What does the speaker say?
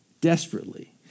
desperately